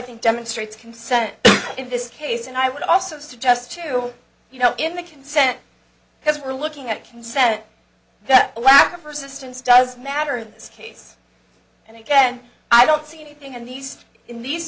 think demonstrates consent in this case and i would also suggest to you know in the consent because we're looking at consent that a lack of persistence does matter this case and again i don't see anything in these in these